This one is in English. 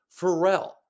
Pharrell